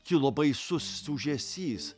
kilo baisus ūžesys